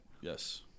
Yes